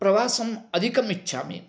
प्रवासम् अधिकम् इच्छामि